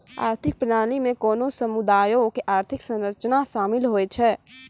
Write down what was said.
आर्थिक प्रणाली मे कोनो समुदायो के आर्थिक संरचना शामिल होय छै